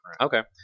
okay